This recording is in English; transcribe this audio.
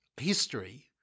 history